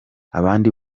abandi